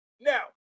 now